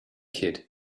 kid